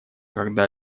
когда